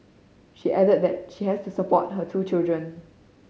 she added that she has to support her two children